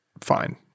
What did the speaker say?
fine